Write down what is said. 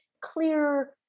clear